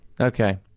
Okay